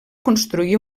construir